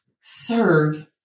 serve